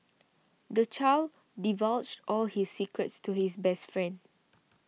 the child divulged all his secrets to his best friend